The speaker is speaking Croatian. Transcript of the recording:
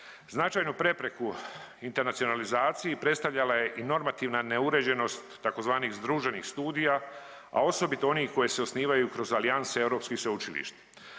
Značajnu prepreku internacionalizaciji predstavljala je i normativna neuređenost tzv. združenih studija, a osobito onih koje se osnivaju kroz alijanse europskih sveučilišta.